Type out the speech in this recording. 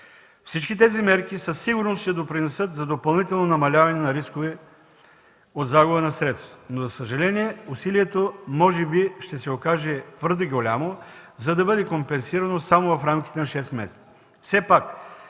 Всички тези мерки със сигурност ще допринесат за допълнително намаляване на рисковете от загуба на средства, но за съжаление усилието може би ще се окаже твърде голямо, за да бъде компенсирано само в рамките на шест месеца.